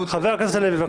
חברת הכנסת אוסנת מארק,